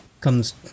comes